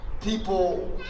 People